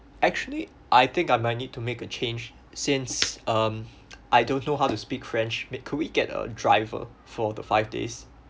actually I think I might need to make a change since um I don't know how to speak french may could we get a driver for the five days